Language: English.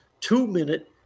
two-minute